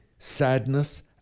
Sadness